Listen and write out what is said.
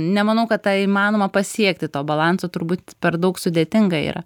nemanau kad tą įmanoma pasiekti to balanso turbūt per daug sudėtinga yra